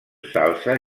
salsa